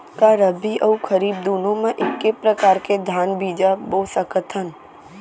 का रबि अऊ खरीफ दूनो मा एक्के प्रकार के धान बीजा बो सकत हन?